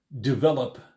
develop